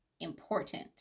important